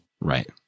Right